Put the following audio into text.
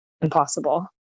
impossible